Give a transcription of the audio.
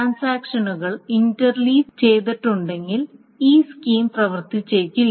ട്രാൻസാക്ഷനുകൾ ഇന്റർലീവ് ചെയ്തിട്ടുണ്ടെങ്കിൽ ഈ സ്കീം പ്രവർത്തിച്ചേക്കില്ല